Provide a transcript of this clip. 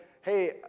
Hey